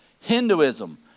Hinduism